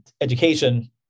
education